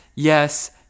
Yes